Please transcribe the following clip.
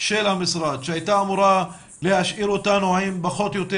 של המשרד שהייתה אמורה להשאיר אותנו עם פחות או יותר